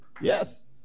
Yes